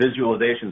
visualizations